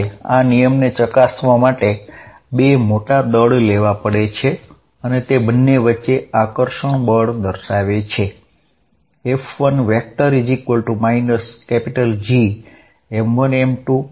આ નિયમની ચકાસણી કરવા માટે આપણે બે મોટા દળ લઇ શકીએ અને તેમની વચ્ચે આકર્ષણ બળ શોધી શકીએ